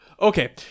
Okay